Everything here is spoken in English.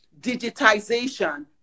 digitization